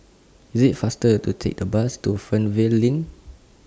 IT IS faster to Take The Bus to Fernvale LINK